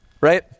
right